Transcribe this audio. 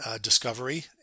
Discovery